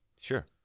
Sure